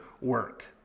work